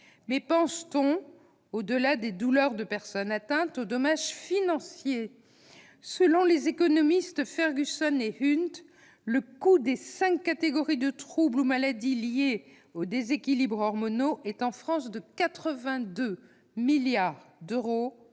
Mais pense-t-on, au-delà des douleurs des personnes atteintes, aux dommages financiers ? Selon les économistes Julia Ferguson et Alistair Hunt, le coût des cinq catégories de troubles ou de maladies liés à des déséquilibres hormonaux est en France de 82 milliards d'euros